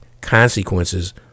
consequences